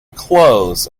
clothes